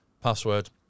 password